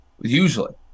Usually